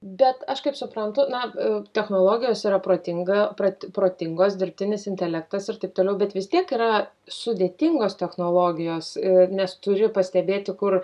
bet aš kaip suprantu na technologijos yra protinga prati protingos dirbtinis intelektas ir taip toliau bet vis tiek yra sudėtingos technologijos ir nes turi pastebėti kur